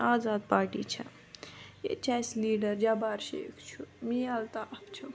آزاد party چھےٚ ییتہِ چھِ اَسہِ لیٖڈر یا بَٹ شیخ چھُ یا مِیاں الطاف چھُ